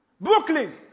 Brooklyn